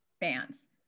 bands